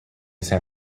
san